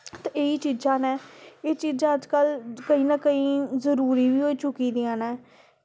ते एह् चीज़ां न एह् चीज़ां अज्जकल कुदै ना कुदै जरूरी बी होई चुकी दियां न